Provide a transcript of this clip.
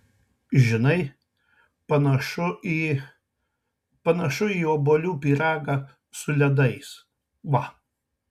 žinai panašu į panašu į obuolių pyragą su ledais va